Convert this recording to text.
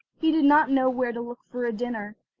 he did not know where to look for a dinner,